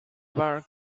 bar